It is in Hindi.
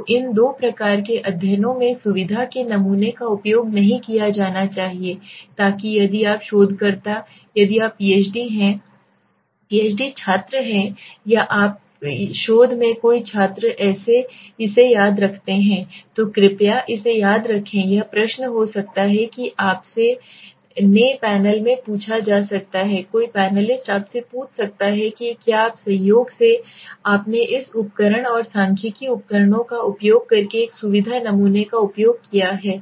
तो इन दो प्रकार के अध्ययनों में सुविधा के नमूने का उपयोग नहीं किया जाना चाहिए ताकि यदि आप शोधकर्ता यदि आप PHD छात्र हैं या आप या शोध में कोई छात्र इसे याद रखते हैं तो कृपया इसे याद रखें यह प्रश्न हो सकता है कि आपसे nay पैनल में पूछा जा सकता है कोई पैनलिस्ट आपसे पूछ सकता है कि क्या आप संयोग से आपने इस उपकरण और सांख्यिकीय उपकरणों का उपयोग करके एक सुविधा नमूने का उपयोग किया है